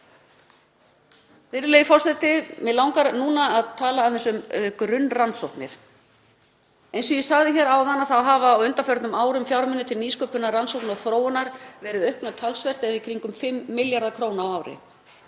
Virðulegi forseti. Mig langar núna að tala aðeins um grunnrannsóknir. Eins og ég sagði áðan þá hafa á undanförnum árum fjármunir til nýsköpunar, rannsókna og þróunar verið auknir talsvert eða í kringum 5 milljarða kr. á ári.